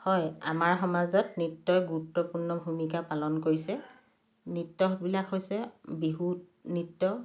হয় আমাৰ সমাজত নৃত্যই গুৰুত্বপূৰ্ণ ভূমিকা পালন কৰিছে নৃত্যবিলাক হৈছে বিহু নৃত্য